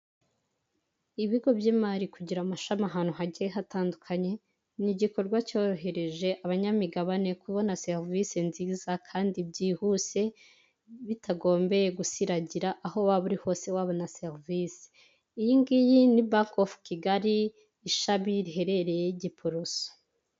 Ibigo by'imari kugira amashami ahantu hagiye hatandukanye, ni igikorwa cyorohereje abanyamigabane kubona serivisi nziza, kandi byihuse bitagombye gusiragira, aho waba uri hose wabona serivisi. Iyi ngiyi ni Banki ovu Kigali, ishami riherereye giporoso.